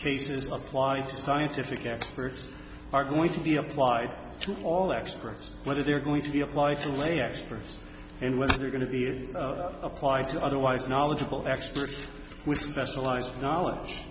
cases of clients scientific experts are going to be applied to all experts whether they're going to be applied to lay experts and whether they're going to be applied to otherwise knowledgeable experts with specialized knowledge